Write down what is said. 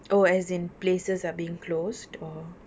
oh as in places are being closed or